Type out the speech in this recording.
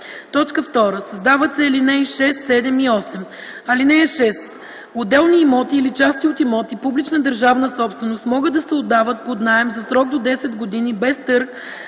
и 6”. 2 . Създават се алинеи 6, 7 и 8: „(6) Отделни имоти или части от имоти - публична държавна собственост, могат да се отдават под наем за срок до 10 години без търг